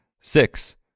six